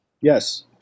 Yes